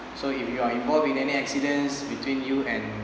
so if you are involved in any accidents between you and